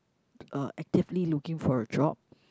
uh actively looking for a job